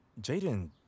Jaden